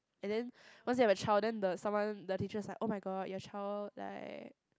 and then once you have a child then the someone the teacher is like oh-my-god your child like